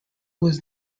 was